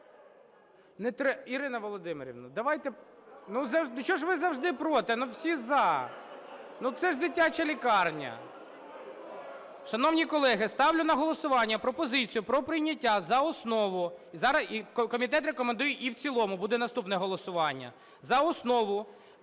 Ірина Володимирівна, давайте, ну чого ж ви завжди проти? Всі за, це ж дитяча лікарня. Шановні колеги, ставлю на голосування пропозицію про прийняття за основу і комітет рекомендує і в цілому, буде наступне голосування. За основу